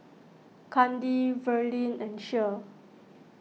Kandi Verlin and Cher